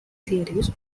theories